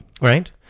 Right